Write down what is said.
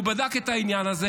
והוא בדק את העניין הזה,